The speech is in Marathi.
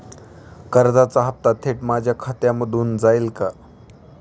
कर्जाचा हप्ता थेट माझ्या खात्यामधून जाईल का?